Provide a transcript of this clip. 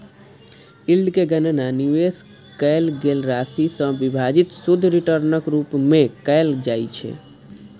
yield के गणना निवेश कैल गेल राशि सं विभाजित शुद्ध रिटर्नक रूप मे कैल जाइ छै